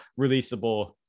releasable